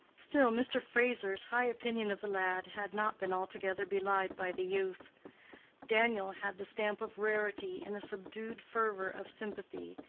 still, mr. fraser's high opinion of the lad had not been altogether belied by the youth daniel had the stamp of rarity in a subdued fervor of sympathy,